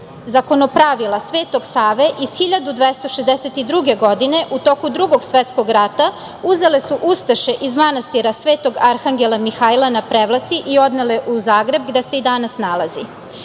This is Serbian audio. Zakonopravila Sv. Save iz 1262. godine u toku Drugog svetskog rata uzele su ustaše iz manastira Sv. Arhangela Mihaila na prevlaci i odnele u Zagreb, gde se i danas nalazi. Malo